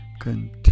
continue